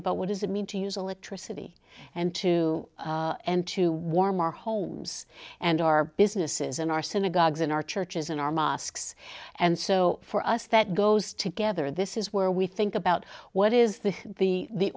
about what does it mean to use electricity and to and to warm our homes and our businesses and our synagogues in our churches and our mosques and so for us that goes together this is where we think about what is the the